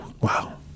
Wow